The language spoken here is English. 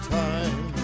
time